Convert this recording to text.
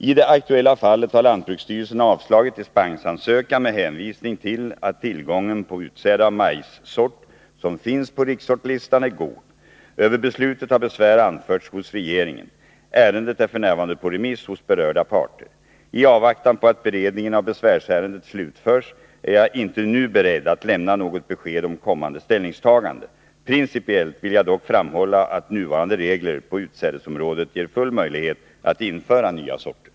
I det aktuella fallet har lantbruksstyrelsen avslagit dispensansökan med hänvisning till att tillgången på utsäde av majssort som finns på rikssortlistan är god. Över beslutet har besvär anförts hos regeringen. Ärendet är f. n. på remiss hos berörda parter. I avvaktan på att beredningen av besvärsärendet slutförs är jag inte nu beredd att lämna något besked om kommande ställningstagande. Principiellt vill jag dock framhålla att nuvarande regler på utsädesområdet ger full möjlighet att införa nya sorter.